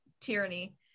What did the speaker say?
tyranny